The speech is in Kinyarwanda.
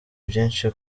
byinshi